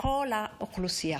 לכל האוכלוסייה,